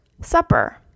Supper